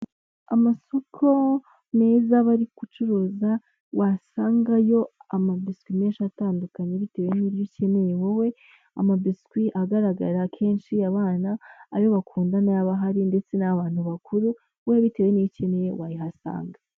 Amasoko meza bari gucuruza wasangayo amabiswi menshi atandukanye bitewe n'ibyo ukeneye wowe, ama biswi agaragara kenshi abana ayo bakunda nayo aba ahari ndetse n'abantu bakuru, wowe bitewe n'iyo ukeneye wayihasanga.